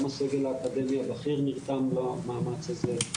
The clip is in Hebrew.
גם הסגל האקדמי הבכיר נרתם למאמץ הזה,